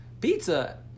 Pizza